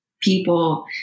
people